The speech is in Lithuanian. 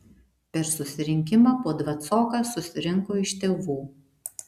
per susirinkimą po dvacoką susirinko iš tėvų